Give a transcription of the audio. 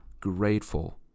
grateful